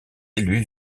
élus